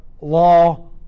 law